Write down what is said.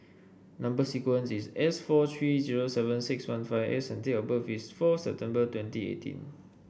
number sequence is S four three zero seven six one five S and date of birth is fourth September twenty eighteen